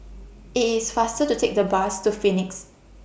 IT IS faster to Take The Bus to Phoenix